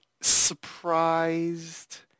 surprised